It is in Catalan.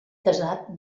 casat